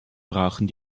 brachen